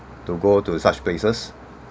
to go to such places